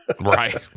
Right